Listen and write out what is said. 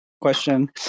question